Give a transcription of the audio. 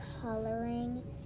coloring